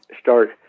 start